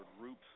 groups